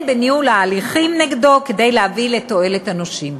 בניהול ההליכים נגדו כדי להביא לתועלת הנושים.